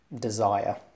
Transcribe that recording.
desire